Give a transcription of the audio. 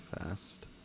fast